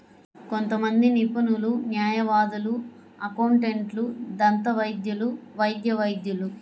కొంతమంది నిపుణులు, న్యాయవాదులు, అకౌంటెంట్లు, దంతవైద్యులు, వైద్య వైద్యులు